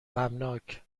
غمناک